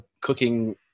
cooking